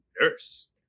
nurse